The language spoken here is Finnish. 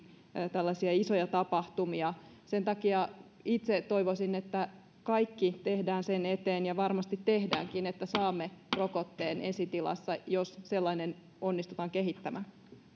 tällaisia isoja tapahtumia sen takia itse toivoisin että kaikki tehdään sen eteen ja varmasti tehdäänkin että saamme rokotteen ensi tilassa jos sellainen onnistutaan kehittämään